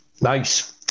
Nice